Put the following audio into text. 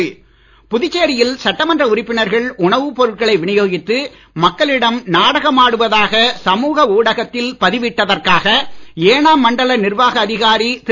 அன்பழகன் புதுச்சேரியில் சட்டமன்ற உறுப்பினர்கள் உணவுப் பொருட்களை விநியோகித்து மக்களிடம் நாடகமாடுவதாக சமுக ஊடகத்தில் பதிவிட்டதற்காக ஏனாம் மண்டல நிர்வாக அதிகாரி திரு